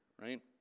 right